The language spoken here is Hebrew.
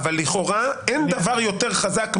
לכאורה אבל אין דבר יותר חזק ממוסר.